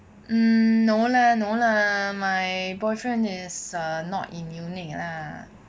mm no lah no lah my boyfriend is uh not in munich lah